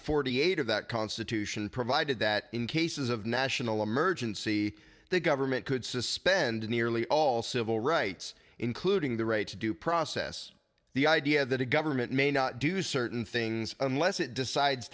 forty eight of that constitution provided that in cases of national emergency the government could suspend nearly all civil rights including the right to due process the idea that a government may not do certain things unless it decides